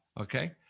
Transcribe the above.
Okay